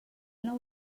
nou